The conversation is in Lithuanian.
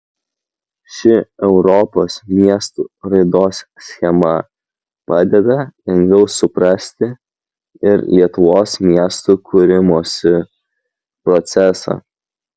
ši europos miestų raidos schema padeda lengviau suprasti ir lietuvos miestų kūrimosi procesą